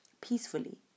peacefully